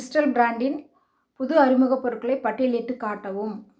crystal பிராண்டின் புது அறிமுகப் பொருட்களை பட்டியலிட்டுக் காட்டவும்